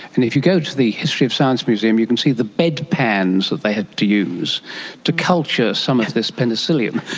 and if you go to the history of science museum you can see the bedpans that they had to use to culture some of this penicillin,